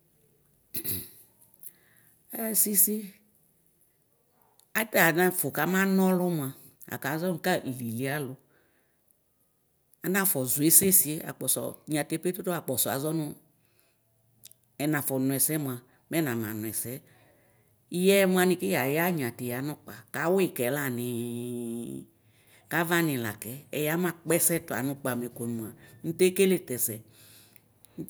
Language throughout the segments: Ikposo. sisi ata anafu kama nɔlʋ mʋ akaʒɔ nu ka lilialu anafɔʒɔ ɛsɛ sie akpɔsɔ nyatepe toto akpɔdɔaʒɔ ɛnafɔ nʋɛsɛ mʋa mɛnana nʋɛsɛ. Ƴɛ mʋani ki ya yanya tʋ yanʋ kpo; kawi kɛ la niii kaʋani la kɛ, ɛya nakpɛɛɛtua nʋ kpa mɛ ko nu mua ntekele tɛsɛ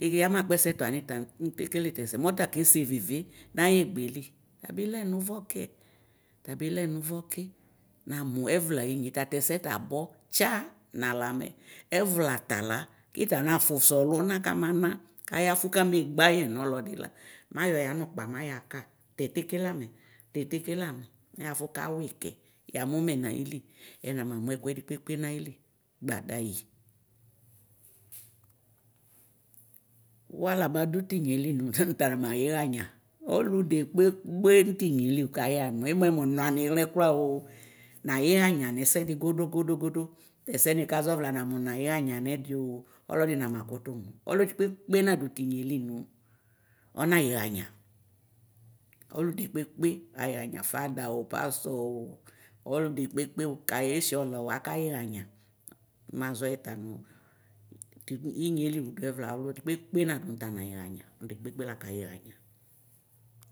eɛya makpɛɛɛ tuanita ntekele tɛsɛ mɔta kese veve naegbeli tabilɛ nuvɔ ke tabilɛ nuvɔ ke, namu ɛvla ayinye tatɛɛɛ tabɔ; tsa, nalɛ amɛ. Ɛvla tala kita nafusu ɔluna kanana kayafu kanegbayɛ nɔlɔdi la nayɔ yanukpa mayaka tɛ kekeleamɛ tɛ kekeleamɛ mafu kawi kɛ yamu mɛ nayili ɛnamamʋ ɛkʋɛdi kpekpe nayili gbadayi wuala madu tinyeli nuta nuta na ma yiɣanya ɔludekpekpe ntinyeli ukaya emue mua nɔaniɣlɛ trua o nayiɣanya nɛsɛdɩ godo godo godo Tɛsɛ nikaʒɔ vla namu nayiɣanya nɛdio ɔlɔdi nama kutu mu Ɔlɔdɩ koekpe nadu tinyeli nu ɔnayiɣanya Ɔ ludikpekpe aya nya fadao pastɔ o ɔlu dekpekpe ukayeshiɔlɔ akayiɣanya maʒɔyita nuu tek inyeli nduɛvla ɔlɔdɩ kpekpe nadʋ nʋ tana yiɣanya ɔdikpekpe laka yiɣanya.